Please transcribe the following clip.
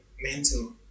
mental